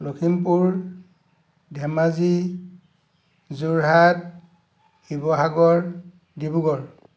Lakhimpur Dhemaji Jorhat Sivasagar Dibrugarh